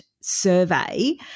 survey